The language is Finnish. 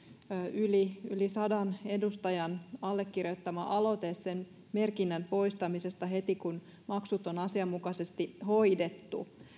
yli yli sadan edustajan allekirjoittama aloite sen merkinnän poistamisesta heti kun maksut on asianmukaisesti hoidettu